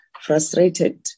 frustrated